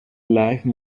life